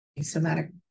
somatic